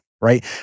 right